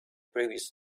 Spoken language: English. previous